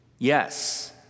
Yes